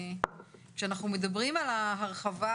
כשאנחנו מדברים על ההרחבה